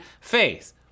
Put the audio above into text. faith